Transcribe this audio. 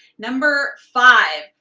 number five,